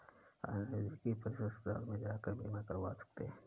आप नज़दीकी पशु अस्पताल में जाकर बीमा करवा सकते है